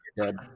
dead